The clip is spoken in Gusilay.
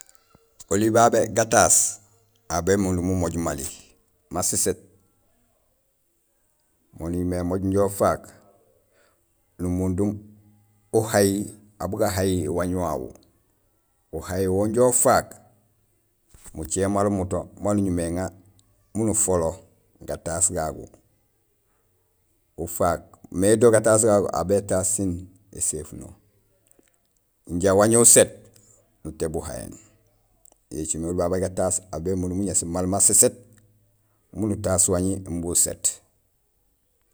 Oli babé gataas waŋi, aw bémundum umooj maal ukaan ma séséét mo nuñumé émooj injo ufaak numundum uhay, aw bugahay waañ wawu; uhay wo injo ufaak mucé maal muto maan uñumé éŋa miin ufolo gataas gagu ufaak, mais do gataas gagu aw bétaas sin éséfuno inja wañi uséét nutééb uhayéén; yo écimé oli babé gayaas aw bémundum uŋéés maal ma séséét miin utaas wañi imbi uséét.